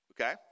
okay